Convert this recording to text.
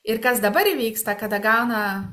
ir kas dabar įvyksta kada gauna